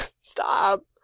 stop